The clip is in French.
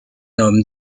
homme